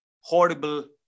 horrible